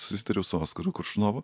susitariau su oskaru koršunovu